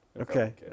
Okay